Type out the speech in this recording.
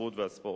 התרבות והספורט.